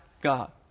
God